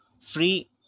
free